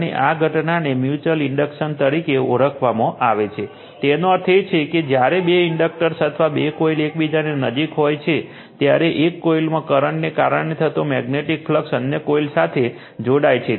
અને આ ઘટનાને મ્યુચુઅલ ઇન્ડક્ટન્સ તરીકે ઓળખવામાં આવે છે તેનો અર્થ એ છે કે જ્યારે બે ઇન્ડક્ટર્સ અથવા બે કોઇલ એકબીજાની નજીક હોય છે ત્યારે એક કોઇલમાં કરંટને કારણે થતો મેગ્નેટિક ફ્લક્સ અન્ય કોઇલ સાથે જોડાય છે